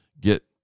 get